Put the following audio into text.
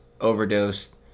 overdosed